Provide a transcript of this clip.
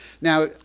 now